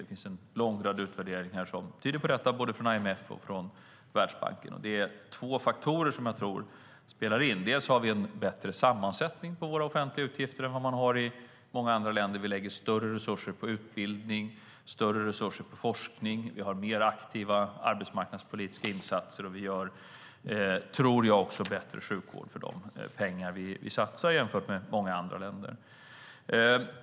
Det finns en lång rad utvärderingar som tyder på det, både från IMF och från Världsbanken. Det är två faktorer som jag tror spelar in. Dels har vi en bättre sammansättning på våra offentliga utgifter än många andra länder. Vi lägger större resurser på utbildning och på forskning, vi har mer aktiva arbetsmarknadspolitiska insatser och vi ger, tror jag, bättre sjukvård för de pengar vi satsar jämfört med många andra länder.